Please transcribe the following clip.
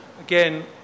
again